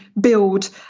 build